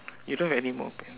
you don't have anymore